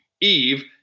Eve